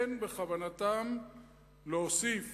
אין בכוונתם להוסיף